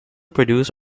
produce